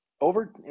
over